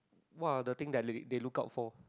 what are the things that they look out for